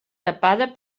tapada